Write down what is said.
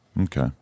Okay